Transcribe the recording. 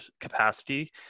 capacity